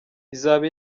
izaba